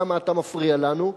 למה אתה מפריע לנו,